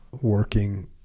working